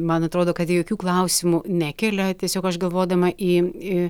man atrodo kad jokių klausimų nekelia tiesiog aš galvodama į į